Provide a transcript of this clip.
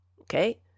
okay